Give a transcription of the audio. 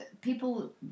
People